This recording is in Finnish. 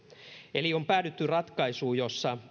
eli on päädytty ratkaisuun jossa